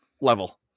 level